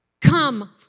come